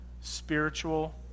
spiritual